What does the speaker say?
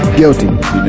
guilty